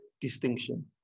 distinction